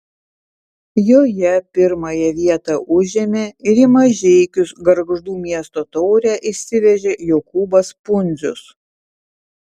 joje pirmąją vietą užėmė ir į mažeikius gargždų miesto taurę išsivežė jokūbas pundzius